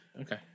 Okay